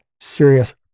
serious